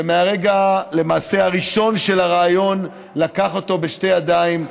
שלמעשה מהרגע הראשון של הרעיון לקח אותו בשתי ידיים,